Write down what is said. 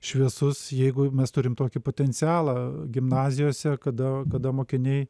šviesus jeigu mes turim tokį potencialą gimnazijose kada kada mokiniai